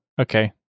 okay